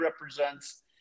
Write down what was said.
represents